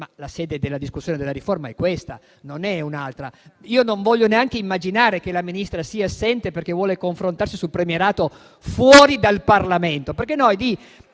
la sede della discussione della riforma è questa, e non un'altra. Io non voglio neanche immaginare che la Ministra sia assente, perché vuole confrontarsi sul premierato fuori dal Parlamento,